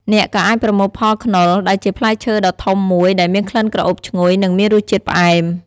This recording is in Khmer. អ្នកក៏អាចប្រមូលផលខ្នុរ ដែលជាផ្លែឈើដ៏ធំមួយដែលមានក្លិនក្រអូបឈ្ងុយនិងមានរសជាតិផ្អែម។